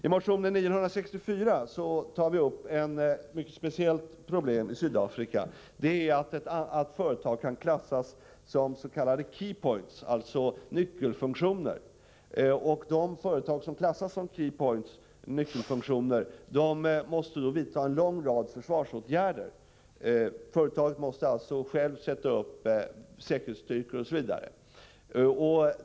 I motion 964 tar vi upp ett mycket speciellt problem i Sydafrika, nämligen att företag kan klassas som s.k. key points, dvs. nyckelfunktioner. De företag som klassas som sådana måste vidta en lång rad försvarsåtgärder. De måste själva sätta upp säkerhetsstyrkor osv.